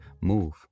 move